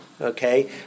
okay